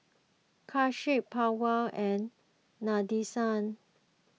Akshay Pawan and Nadesan